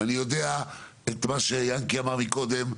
אני גם יודע שכמו שיעקב אמר קודם,